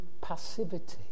passivity